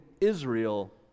Israel